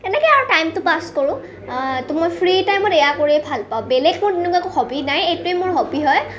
তেনেকৈ আৰু টাইমটো পাছ কৰোঁ তো মই ফ্ৰী টাইমত এয়া কৰিয়ে ভাল পাওঁ বেলেগ মোৰ তেনেকুৱা কোনো হবি নাই এইটোৱে মোৰ হবি হয়